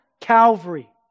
Calvary